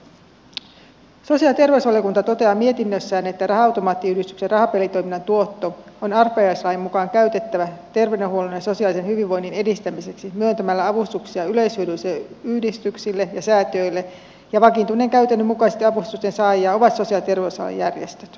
sosiaali ja terveysvaliokunta toteaa mietinnössään että raha automaattiyhdistyksen rahapelitoiminnan tuotto on arpajaislain mukaan käytettävä terveydenhuollon ja sosiaalisen hyvinvoinnin edistämiseksi myöntämällä avustuksia yleishyödyllisille yhdistyksille ja säätiöille ja vakituisen käytännön mukaisesti avustusten saajia ovat sosiaali ja terveysalan järjestöt